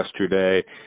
yesterday